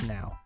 Now